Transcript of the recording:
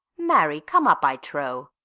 marry come up, i trow